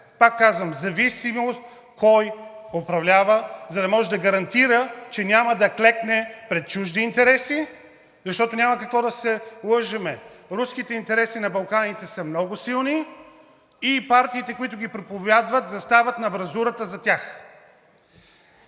пак казвам, в зависимост кой управлява, за да може да гарантира, че няма да клекне пред чужди интереси. Защото няма какво да се лъжем – руските интереси на Балканите са много силни и партиите, които ги проповядват, застават на амбразурата за тях.